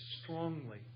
strongly